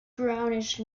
brownish